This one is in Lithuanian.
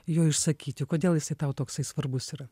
juo išsakyti kodėl jisai tau toksai svarbus yra